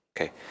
okay